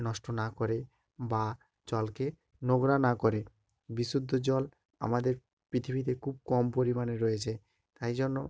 নষ্ট না করে বা জলকে নোংরা না করে বিশুদ্ধ জল আমাদের পৃথিবীতে খুব কম পরিমাণে রয়েছে তাই জন্য